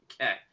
Okay